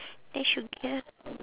I should get